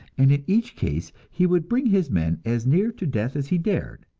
and in each case he would bring his men as near to death as he dared,